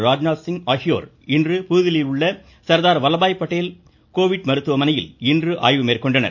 ராஜ்நாத் சிங் ஆகியோர் புதுதிலியில் உள்ள சர்தார் வல்லபாய் பட்டேல் கோவிட் மருத்துவமனையில் இன்று ஆய்வு மேற்கொண்டன்